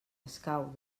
escau